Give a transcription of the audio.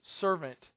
servant